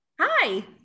Hi